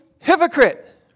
hypocrite